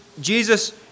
jesus